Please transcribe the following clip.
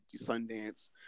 Sundance